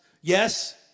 Yes